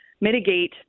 mitigate